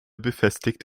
befestigt